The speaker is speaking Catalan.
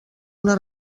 una